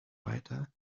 weiter